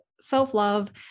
self-love